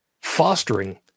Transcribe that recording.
fostering